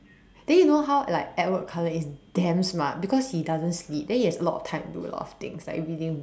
then you know how like Edward Cullen is damn smart because he doesn't sleep then he has a lot of time to do a lot of things like reading books